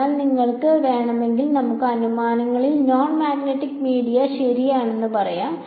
അതിനാൽ നിങ്ങൾക്ക് വേണമെങ്കിൽ നമുക്ക് അനുമാനങ്ങളിൽ നോൺ മാഗ്നെറ്റിക് മീഡിയ ശരി എന്ന് പറയാം